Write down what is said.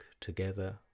together